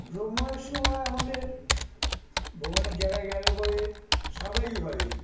ভ্রমণের সময় আমাদের ভ্রমণের জায়গায় গেলে পরে স্বাভাবিক ভাবেই